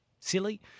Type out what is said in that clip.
Silly